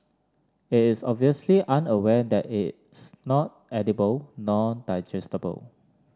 it is obviously unaware that it's not edible nor digestible